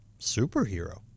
superhero